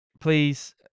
please